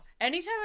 anytime